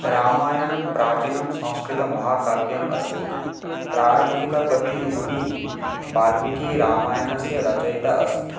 रामायणं प्राचीनं संस्कृतमहाकाव्यमस्ति प्रारम्भिककविः मुनिः वाल्मीकिः रामायणस्य रचयिता अस्ति